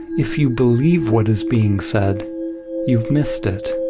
if you believe what is being said you've missed it.